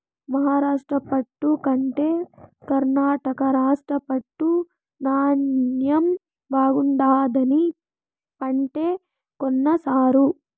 మహారాష్ట్ర పట్టు కంటే కర్ణాటక రాష్ట్ర పట్టు నాణ్ణెం బాగుండాదని పంటే కొన్ల సారూ